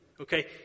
okay